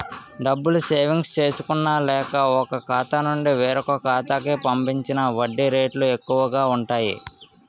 డబ్బులు సేవింగ్స్ చేసుకున్న లేక, ఒక ఖాతా నుండి వేరొక ఖాతా కి పంపించిన వడ్డీ రేట్లు ఎక్కువు గా ఉంటాయి